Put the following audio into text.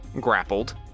grappled